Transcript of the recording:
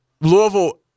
Louisville